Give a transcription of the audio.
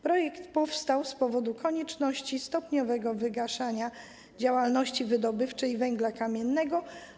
Projekt powstał z powodu konieczności stopniowego wygaszania działalności wydobywczej węgla kamiennego.